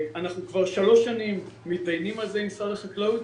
אנחנו כבר שלוש שנים מתדיינים על זה עם שר החקלאות